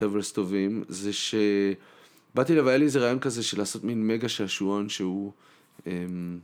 דברים טובים זה שבאתי לבעל איזה רעיון כזה של לעשות מין מגה שעשועון שהוא